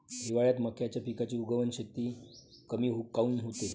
हिवाळ्यात मक्याच्या पिकाची उगवन शक्ती कमी काऊन होते?